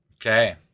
Okay